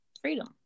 Freedom